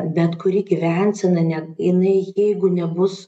bet kuri gyvensena ne jinai jeigu nebus